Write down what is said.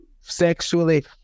sexually